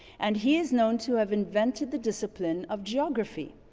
and he is known to have invented the discipline of geography.